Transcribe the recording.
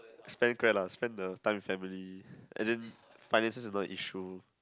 spend grand lah spend the time with family finances is not a issue